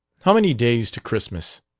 how many days to christmas?